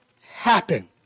happen